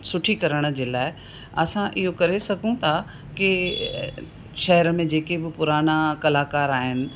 सुठी करण जे लाइ असां इहो करे सघूं था कि शहर में जेके बि पुराना कलाकार आहिनि